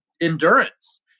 endurance